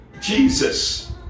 jesus